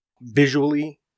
visually